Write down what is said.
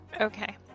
Okay